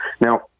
Now